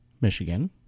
Michigan